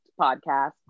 podcast